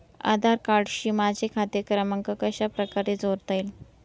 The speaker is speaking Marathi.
आधार कार्डशी माझा खाते क्रमांक कशाप्रकारे जोडता येईल?